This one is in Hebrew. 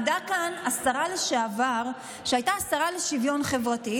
עמדה כאן השרה לשעבר שהייתה השרה לשוויון חברתי,